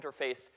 interface